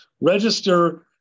register